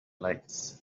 lights